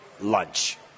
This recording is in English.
lunch